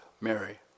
Mary